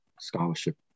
scholarship